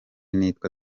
nitwa